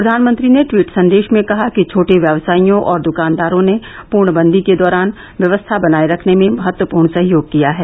प्रधानमंत्री ने ट्वीट संदेश में कहा कि छोटे व्यवसायियों और दुकानदारों ने पूर्णबंदी के दौरान व्यवस्था बनाये रखने में महत्वपूर्ण सहयोग किया है